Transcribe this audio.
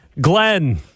Glenn